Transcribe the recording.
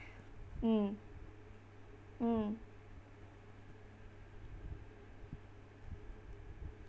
mm mm